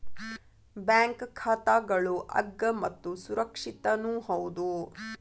bank ಖಾತಾಗಳು ಅಗ್ಗ ಮತ್ತು ಸುರಕ್ಷಿತನೂ ಹೌದು